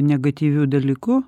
negatyviu dalyku